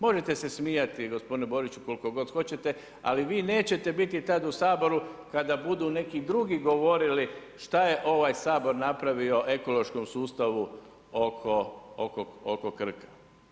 Možete se smijati gospodinu Boriću koliko god hoćete, ali vi nećete biti tad u Saboru kada budu neki drugi govorili šta je ovaj Sabor napravio ekološkom sustavu oko Krka.